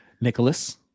nicholas